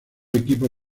equipos